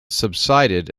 subsided